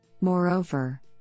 Moreover